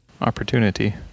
opportunity